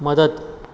मदत